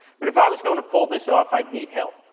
but if i was going to pull this off, i'd need help.